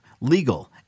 legal